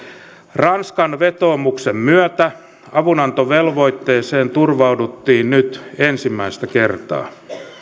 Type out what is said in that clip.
ranskan vetoomuksen myötä avunantovelvoitteeseen turvauduttiin nyt ensimmäistä kertaa